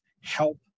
help